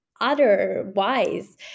otherwise